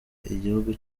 igihugu